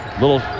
little